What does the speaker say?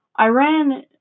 Iran